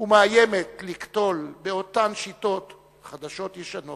ומאיימת לקטול באותן שיטות חדשות-ישנות,